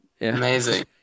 Amazing